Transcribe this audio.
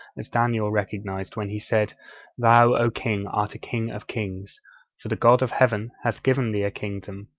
as daniel recognized when he said thou, o king, art a king of kings for the god of heaven hath given thee a kingdom,